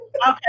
Okay